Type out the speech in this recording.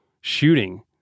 shooting